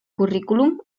currículum